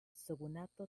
shogunato